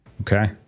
Okay